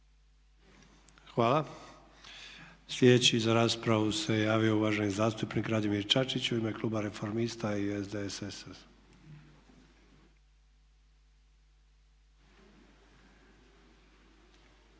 Hvala. Slijedeći za raspravu se javio uvaženi zastupnik Radimir Čačić u ime kluba Reformista i SDSS-a.